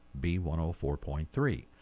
B104.3